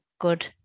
good